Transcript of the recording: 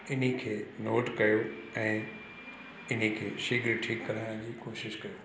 इन्हीअ खे नोट कयो ऐं इन्हीअ खे शीघ्र ठीकु कराइण जी कोशिश कयो